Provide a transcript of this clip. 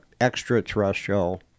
extraterrestrial